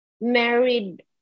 married